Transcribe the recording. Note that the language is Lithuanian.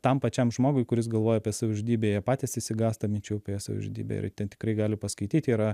tam pačiam žmogui kuris galvoja apie savižudybę jie patys išsigąsta minčių apie savižudybė ir tikrai gali paskaityt yra